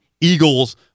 eagles